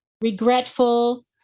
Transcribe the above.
Regretful